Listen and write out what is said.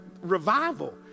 revival